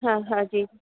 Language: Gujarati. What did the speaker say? હા હા જી